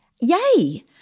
yay